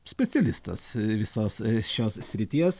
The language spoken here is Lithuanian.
specialistas visos šios srities